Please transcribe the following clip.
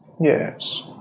yes